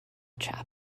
chap